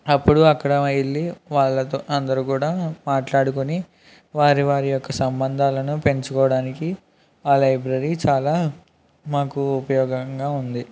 అప్పుడు అక్కడ వెళ్ళి వాళ్ళతో అందరూ కూడా మాట్లాడుకోని వారి వారి యొక్క సంబంధాలను పెంచుకోవడానికి ఆ లైబ్రరీ చాలా మాకు ఉపయోగంగా ఉంది